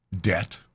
debt